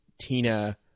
Tina